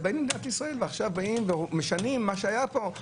ועכשיו משנים מה שהיה פה,